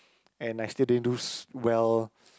and I still didn't do well